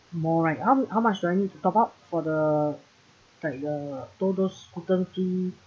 more right how how much do I need to top up for the like the totals gluten free